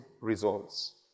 results